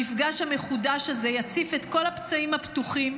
המפגש המחודש הזה יציף את כל הפצעים הפתוחים,